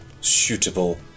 suitable